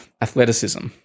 athleticism